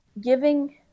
giving